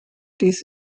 dies